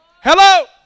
hello